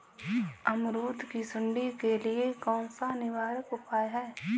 अमरूद की सुंडी के लिए कौन सा निवारक उपाय है?